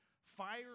Fire